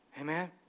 Amen